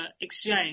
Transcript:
exchange